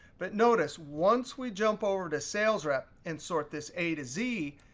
but notice, once we jump over to sales rep and sort this a to z,